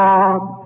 God